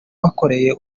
bakoreye